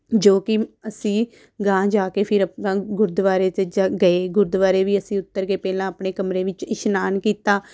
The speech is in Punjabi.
ਜੋ ਕਿ ਅਸੀਂ ਗਾਂਹ ਜਾ ਕੇ ਫਿਰ ਗੁਰਦੁਆਰੇ 'ਚ ਗਏ ਗੁਰਦੁਆਰੇ ਵੀ ਅਸੀਂ ਉਤਰ ਗਏ ਪਹਿਲਾਂ ਆਪਣੇ ਕਮਰੇ ਵਿੱਚ ਇਸ਼ਨਾਨ ਕੀਤਾ